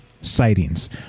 sightings